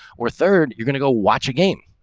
or third, you're gonna go watch a game.